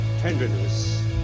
tenderness